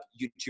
YouTube